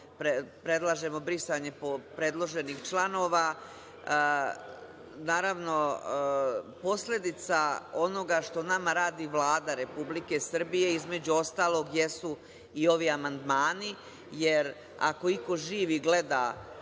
predlažemo brisanje predloženih članova. Naravno, posledica onoga što nama radi Vlada Republike Srbije, između ostalog, jesu i ovi amandmani, jer ako iko živi gleda